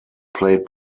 played